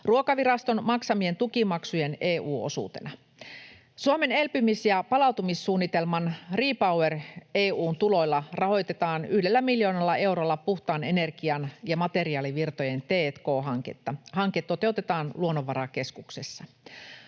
Ruokaviraston maksamien tukimaksujen EU-osuutena. Suomen elpymis- ja palautumissuunnitelman REPowerEU-tuloilla rahoitetaan yhdellä miljoonalla eurolla puhtaan energian ja materiaalivirtojen t&k-hanketta. Hanke toteutetaan Luonnonvarakeskuksessa.